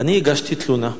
אני הגשתי תלונה.